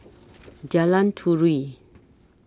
Jalan Turi